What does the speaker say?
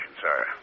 sir